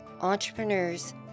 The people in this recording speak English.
Entrepreneurs